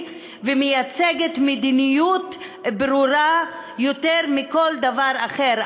ומייצגת מדיניות ברורה יותר מכל דבר אחר.